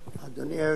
אדוני היושב-ראש,